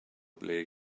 ble